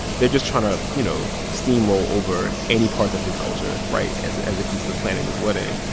they're just trying to, you know, steamroll over any parts of his culture right? as as it comes to planning this wedding.